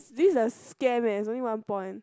this is a scam eh it's only one point